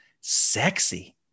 Sexy